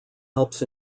helps